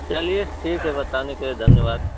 चलिए ठीक है बताने के लिए धन्यवाद